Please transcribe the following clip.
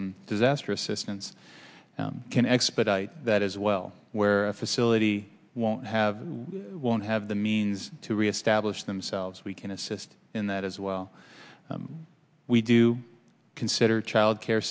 and disaster assistance can expedite that as well where a facility won't have won't have the means to reestablish themselves we can assist in that as well we do consider child care